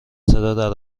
صدا